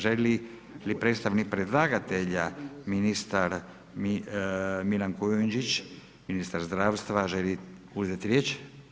Želi li predstavnik predlagatelja, ministar Milan Kujundžić, ministar zdravstva, želi uzeti riječ?